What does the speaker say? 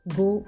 go